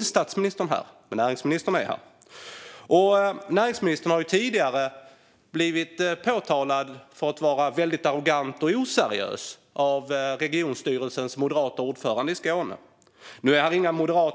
Statsministern är inte här. Men näringsministern är här, och regionstyrelsen i Skånes moderata ordförande har tidigare påtalat att näringsministern har varit arrogant och oseriös. Inga moderata riksdagsledamöter är i på plats i kammaren.